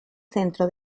centro